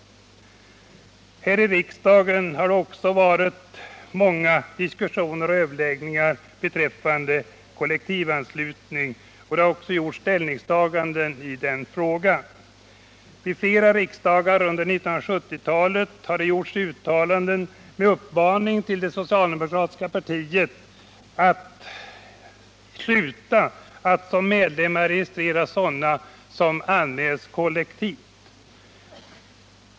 Även här i riksdagen har det förekommit diskussioner om kollektivanslutningen, och det har också gjorts ställningstaganden i frågan. Vid flera riksdagar under 1970-talet har det gjorts uttalanden med uppmaning till det socialdemokratiska partiet att sluta att som medlemmar registrera sådana som anmäls kollektivt.